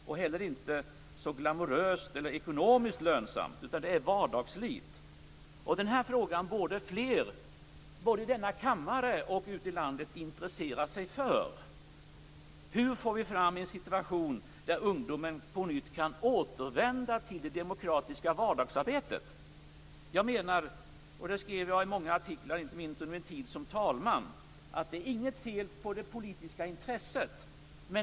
Det är heller inte så glamoröst eller ekonomiskt lönsamt. Det är vardagsslit. Denna fråga borde fler, både i denna kammare och ute i landet, intressera sig för. Hur får vi fram en situation där ungdomen på nytt kan återvända till det demokratiska vardagsarbetet? Jag menar, och det skrev jag i många artiklar inte minst under min tid som talman, att det inte är något fel på det politiska intresset.